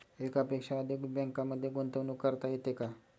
एकापेक्षा अधिक बँकांमध्ये गुंतवणूक करता येते का?